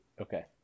Okay